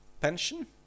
pension